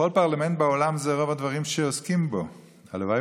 בכל פרלמנט בעולם זה רוב הדברים שעוסקים בהם.